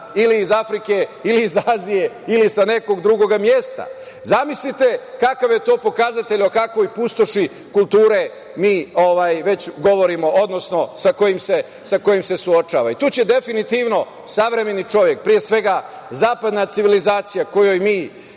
ili iz Afrike, ili iz Azije, ili sa nekog drugog mesta. Zamislite kakav je to pokazatelj o kakvoj pustoši kulture mi govorimo, odnosno sa kojim se suočava. Tu će definitivno savremeni čovek, pre svega, zapadna civilizacija kojoj mi